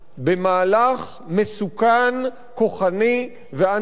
במהלך מסוכן, כוחני, ואנטי-דמוקרטי.